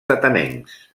atenencs